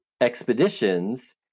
expeditions